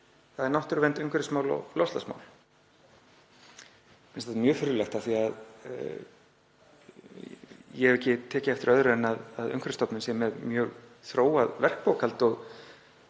þ.e. náttúruvernd, umhverfismál og loftslagsmál. Mér finnst þetta mjög furðulegt því ég hef ekki tekið eftir öðru en að Umhverfisstofnun sé með mjög þróað verkbókhald og